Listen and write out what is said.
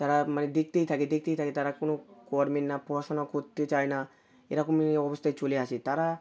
তারা মানে দেখতেই থাকে দেখতেই থাকে তারা কোনো কর্মের না পড়াশুনো করতে চায় না এরকমই অবস্থায় চলে আসে তারা